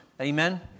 Amen